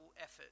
effort